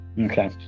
Okay